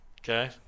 Okay